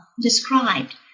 described